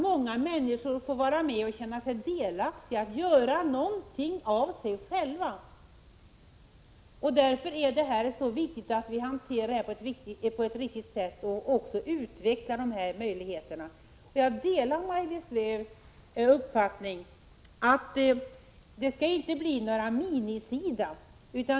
Många människor får vara med och känna sig delaktiga, göra någonting av sig själva. Därför är det så viktigt att vi hanterar detta på ett riktigt sätt och också utvecklar möjligheterna. Jag delar Maj-Lis Lööws uppfattning att det inte skall bli några mini-SIDA.